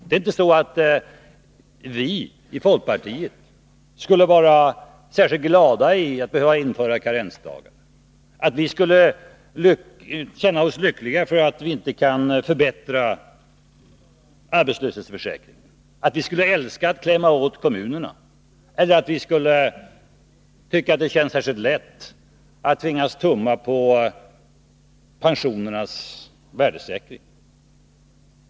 Det är inte så att vi i folkpartiet skulle känna oss särskilt glada över att införa karensdagar. Inte heller känner vi oss lyckliga över att inte kunna förbättra arbetslöshetsförsäkringen. Vi älskar inte att klämma åt kommunerna och tycker inte att det kändes särskilt lätt att tumma på pensionernas värdesäkring.